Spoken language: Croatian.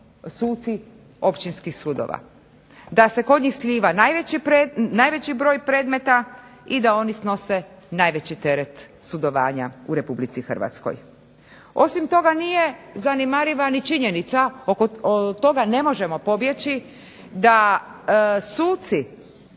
suci općinskih sudova, da se kod njih sliva najveći broj predmeta i da oni snose najveći teret sudovanja u Republici Hrvatskoj. Osim toga nije zanemariva ni činjenica od toga ne možemo pobjeći da suci